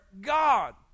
God